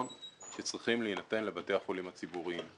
שצריכים להינתן לבתי החולים הציבוריים.